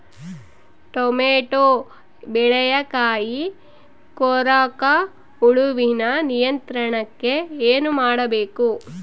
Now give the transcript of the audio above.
Tomato ಬೆಳೆಯ ಕಾಯಿ ಕೊರಕ ಹುಳುವಿನ ನಿಯಂತ್ರಣಕ್ಕೆ ಏನು ಮಾಡಬೇಕು?